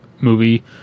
movie